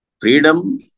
freedom